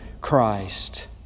Christ